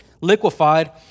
liquefied